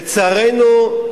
לצערנו,